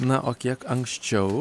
na o kiek anksčiau